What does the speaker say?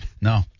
No